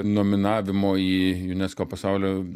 nominavimo į unesco pasaulio